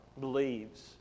believes